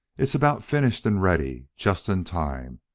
it's about finished and ready just in time.